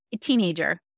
Teenager